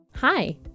Hi